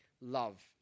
Love